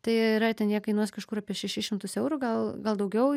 tai yra ten jie kainuos kažkur apie šešis šimtus eurų gal gal daugiau